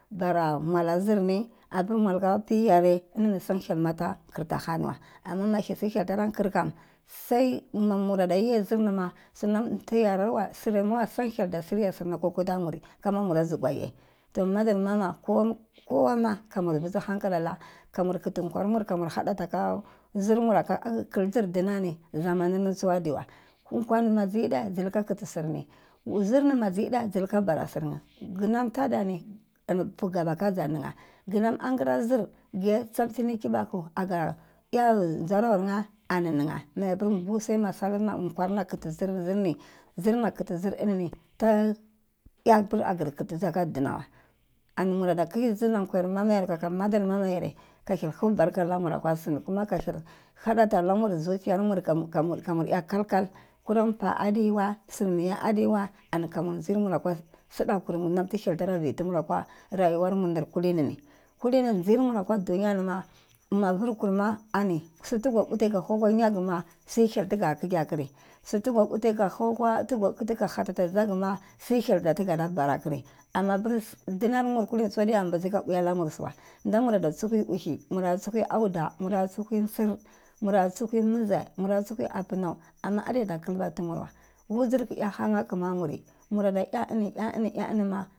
Ɓara maula zirni apur mal ka pii yare inini sai mata ƙarta haniwa ama mahi hya tara nkir kam, sai mumura ye zirnima sunam tu yararwa sirinwə sai hyel ta shiya sini kwə kutamuri kama muma zugwaiye, toh madar mama ko kowa ma kamur vzi hankala kamur ƙiti kwaermur kamur haɗata aka nzirmur akə kirtir dina ni zamani tsuwa adiwae nkwa ni maziyeɗe zilika kiti sirni zirni maziyede zilika bara sirni. Gnam tada ni npukazaninye gnam angira zir gye tsaltini kiɓəku agye elgeralnye ani niyne mayepur sai nasarana nkwarna kiti zirni kwarna kiti zir ininii, ta kiyapur agir kiti za aka dinawa ani murada kigi kwayar mamaya kaka madar mamayere ka hyel hau barka akwa sini kuma ka hyel haɗata mur zuciyar mur kamur iya kalkal kuram npa adewa simirye adewa ani kami njyirmur aka sidakur nam ti hyel tara vye tumuri akwa rayuwar dir kulinini. Kulinii jirmur akwa dunyanima ma vur kurma ani su tuga ɓulte ka hau ka nyagi ma sai hyel tiga ƙigya kiri su tiga bute ka hauka tiga bute ka hati ka njagima sai hyel ktigada bara kiri. Amma mupuri dinam mukuti tsodiyar bizi ka buyemur su wey da murada tsuhue uhei mura tsuhue auda mura tsuhue ntsir mura tsulue mizə mura tsahue apnau amma adeda kilba tumurwei wujir kilya han aklma muri murada iya ini iya ni ma